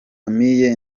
famille